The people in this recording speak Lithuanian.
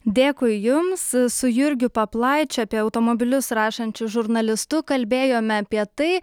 dėkui jums su jurgiu paplaičiu apie automobilius rašančiu žurnalistu kalbėjome apie tai